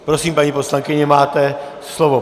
Prosím, paní poslankyně, máte slovo.